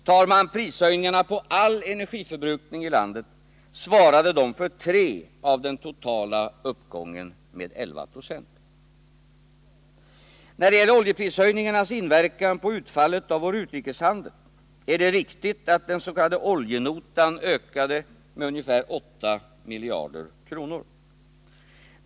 Ser man på prishöjningarna på all energiförbrukning i landet finner man att de svarade för 3 procentenheter av den totala uppgången med 11 96. När det gäller oljeprishöjningarnas inverkan på utfallet av vår utrikeshandel är det riktigt att den s.k. oljenotan ökade med ca 8 miljarder kronor.